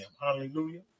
hallelujah